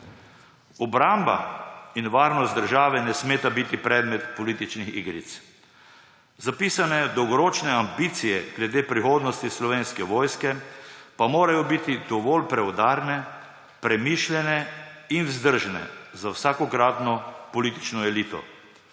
Obramba in varnost države ne smeta biti predmet političnih igric. Zapisane dolgoročne ambicije glede prihodnosti Slovenske vojske pa morajo biti dovolj preudarne, premišljene in vzdržne za vsakokratno politično elito.